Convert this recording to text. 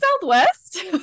Southwest